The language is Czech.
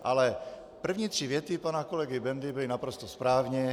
Ale první tři věty pana kolegy Bendy byly naprosto správně.